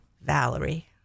Valerie